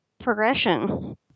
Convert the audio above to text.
progression